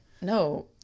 No